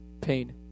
pain